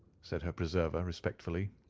said her preserver, respectfully.